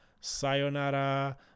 sayonara